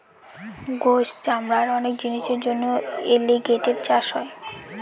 গোস, চামড়া আর অনেক জিনিসের জন্য এলিগেটের চাষ হয়